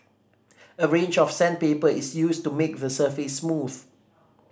a range of sandpaper is used to make the surface smooth